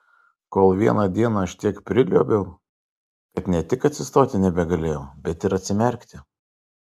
kol vieną dieną aš tiek priliuobiau kad ne tik atsistoti nebegalėjau bet ir atsimerkti